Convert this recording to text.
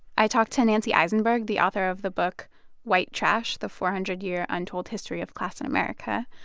i talked to nancy isenberg, the author of the book white trash the four hundred year untold history of class in america.